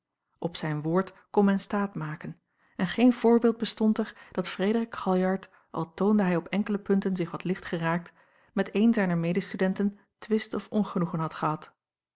op zijn woord kon men staat maken en geen voorbeeld bestond er dat frederik galjart al toonde hij op enkele punten zich wat lichtgeraakt met een zijner medestudenten twist of ongenoegen had gehad